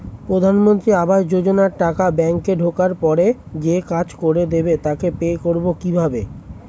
প্রধানমন্ত্রী আবাস যোজনার টাকা ব্যাংকে ঢোকার পরে যে কাজ করে দেবে তাকে পে করব কিভাবে?